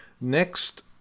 Next